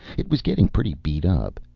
it was getting pretty beat-up.